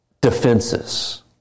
defenses